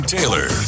Taylor